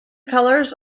colours